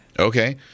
Okay